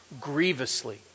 grievously